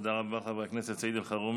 תודה רבה, חבר הכנת סעיד אלחרומי.